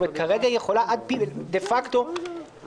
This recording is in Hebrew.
זאת אומרת כרגע היא יכולה דה-פקטו גם